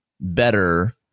better